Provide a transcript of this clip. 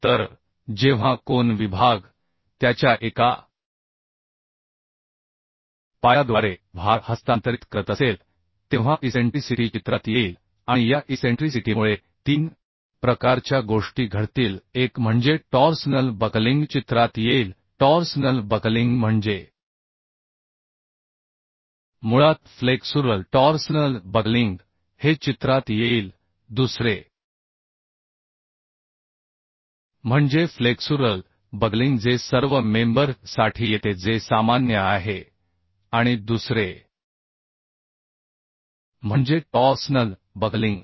तर जेव्हा कोन विभाग त्याच्या एका पायाद्वारे भार हस्तांतरित करत असेल तेव्हा इसेंट्रीसिटी चित्रात येईल आणि या इसेंट्रीसिटीमुळे तीन प्रकारच्या गोष्टी घडतील एक म्हणजे टॉर्सनल बकलिंग चित्रात येईल टॉर्सनल बकलिंग म्हणजे मुळात फ्लेक्सुरल टॉर्सनल बकलिंग हे चित्रात येईल दुसरे म्हणजे फ्लेक्सुरल बकलिंग जे सर्व मेंबर साठी येते जे सामान्य आहे आणि दुसरे म्हणजे टॉर्सनल बकलिंग